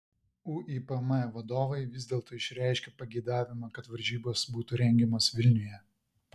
uipm vadovai vis dėlto išreiškė pageidavimą kad varžybos būtų rengiamos vilniuje